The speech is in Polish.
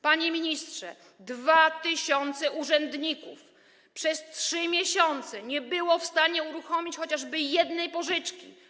Panie ministrze, 2 tys. urzędników przez 3 miesiące nie było w stanie uruchomić chociażby jednej pożyczki.